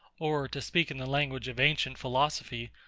or, to speak in the language of ancient philosophy,